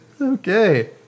Okay